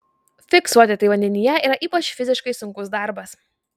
fiksuoti tai vandenyje yra ypač fiziškai sunkus darbas